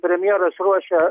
premjeras ruošia